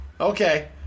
Okay